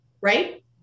right